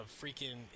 freaking